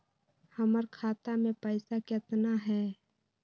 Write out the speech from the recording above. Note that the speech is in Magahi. हमर खाता मे पैसा केतना है?